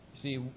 See